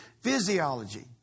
Physiology